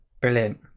Brilliant